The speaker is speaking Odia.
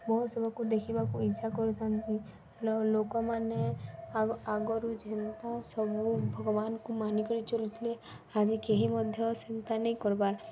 ମହୋତ୍ସବକୁ ଦେଖିବାକୁ ଇଚ୍ଛା କରିଥାନ୍ତି ଲୋକମାନେ ଆଗ ଆଗରୁ ଯେନ୍ତା ସବୁ ଭଗବାନଙ୍କୁ ମାନିକରି ଚଲୁଥିଲେ ଆଜି କେହି ମଧ୍ୟ ସେନ୍ତା ନେଇ କର୍ବାର୍